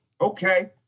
Okay